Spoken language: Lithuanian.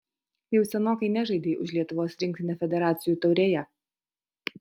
jau senokai nežaidei už lietuvos rinktinę federacijų taurėje